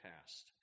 past